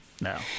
No